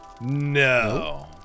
No